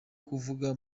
kuvugira